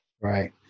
right